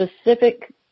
specific